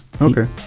Okay